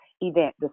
event